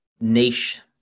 niche